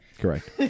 correct